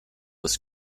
was